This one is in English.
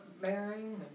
bearing